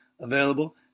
available